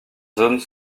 zones